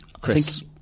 Chris